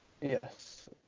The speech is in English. Yes